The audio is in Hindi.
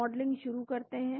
मॉडलिंग शुरू करते हैं